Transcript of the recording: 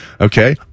Okay